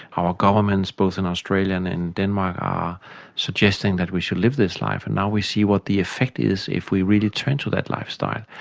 our governments both in australia and denmark are suggesting that we should live this life, and now we see what the effect is if we really turned to that lifestyle.